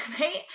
right